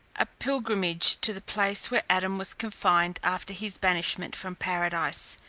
a pilgrimage to the place where adam was confined after his banishment from paradise,